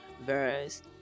verse